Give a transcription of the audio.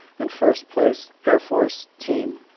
and first place air force team.